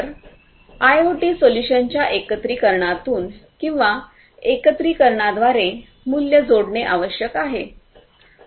तर आयओटी सोल्यूशन्सच्या एकत्रिकरणातून किंवा एकत्रिकरणाद्वारे मूल्य जोडणे आवश्यक आहे